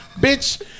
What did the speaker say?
bitch